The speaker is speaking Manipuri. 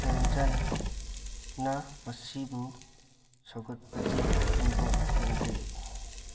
ꯆꯦꯟꯖꯟꯅ ꯃꯁꯤꯕꯨ ꯁꯧꯒꯠꯄꯗꯤ ꯎꯕ ꯐꯪꯗꯦ